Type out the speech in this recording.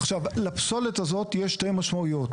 עכשיו לפסולת הזאת יש שתי משמעויות,